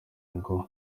ngo